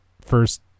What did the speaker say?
first